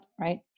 right